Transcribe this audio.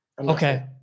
okay